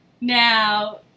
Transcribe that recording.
now